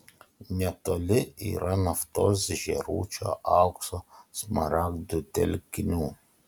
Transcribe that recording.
netoli yra naftos žėručio aukso smaragdų telkinių